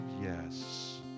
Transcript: yes